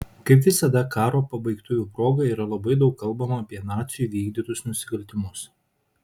kaip visada karo pabaigtuvių proga yra labai daug kalbama apie nacių įvykdytus nusikaltimus